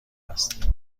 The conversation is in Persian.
است